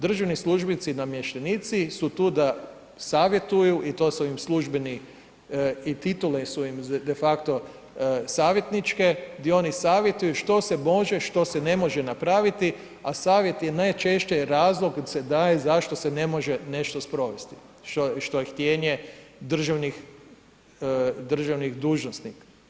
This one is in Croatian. Državni službenici i namještenici su tu da savjetuju i to su im službeni i titule su im de facto savjetničke gdje oni savjetuju što se može, što se ne može napraviti, a savjet je najčešće razlog se daje zašto se ne može nešto sprovesti što je htjenje državnih dužnosnika.